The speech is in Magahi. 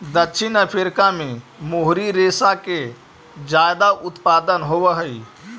दक्षिण अफ्रीका में मोहरी रेशा के ज्यादा उत्पादन होवऽ हई